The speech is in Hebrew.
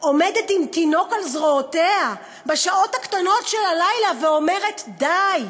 עומדת עם תינוק על זרועותיה בשעות הקטנות של הלילה ואומרת: די.